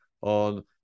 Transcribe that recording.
on